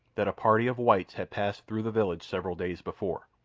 that a party of whites had passed through the village several days before.